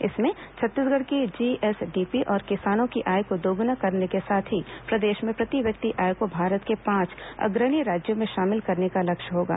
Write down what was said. इसमें छत्तीसगढ़ की जीएसडीपी और किसानों की आय को दोगुना करने के साथ ही प्रदेश में प्रति व्यक्ति आय को भारत के पांच अग्रणी राज्यों में शामिल करने का लक्ष्य होगा